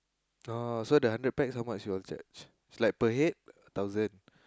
oh so the hundred pax how much you all charge is like per head or thousand